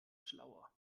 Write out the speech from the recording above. schlauer